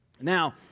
now